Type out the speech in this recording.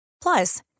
Plus